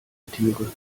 tiere